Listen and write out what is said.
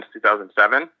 2007